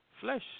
flesh